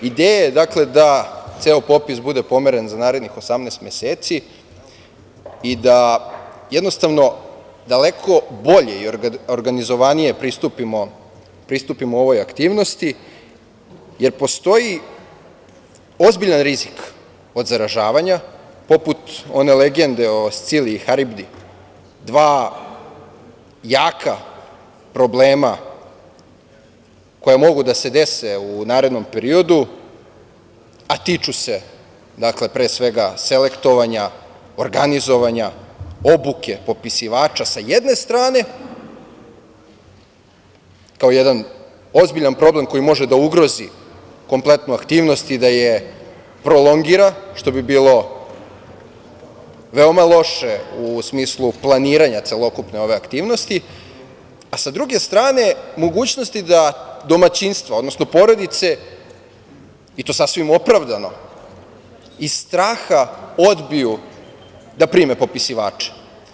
Ideja je da ceo popis bude pomeren za narednih 18 meseci i da jednostavno daleko bolje i organizovanije pristupimo ovoj aktivnosti, jer postoji ozbiljan rizik od zaražavanja poput one legende o Scili i Haribdi, dva jaka problema koja mogu da se dese u narednom periodu, a tiču se pre svega selektovanja, organizovanja, obuke popisivača sa jedne strane, kao jedan ozbiljan problem koji može da ugrozi kompletnu aktivnost i da je prolongira što bi bilo veoma loše u smislu planiranja celokupne ove aktivnosti, a sa druge strane mogućnosti da domaćinstvo, odnosno porodice, i to sasvim opravdano, iz straha odbiju da prime popisivače.